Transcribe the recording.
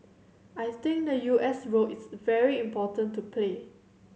I think the U S role is very important to play